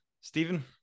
Stephen